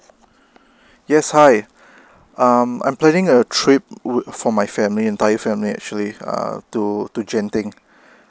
yes hi um I'm planning a trip wit~ for my family entire family actually uh to to genting